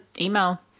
email